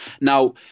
Now